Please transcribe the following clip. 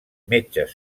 metges